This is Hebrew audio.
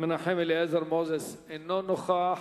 מנחם אליעזר מוזס, אינו נוכח.